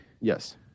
Yes